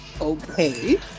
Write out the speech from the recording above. Okay